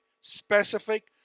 specific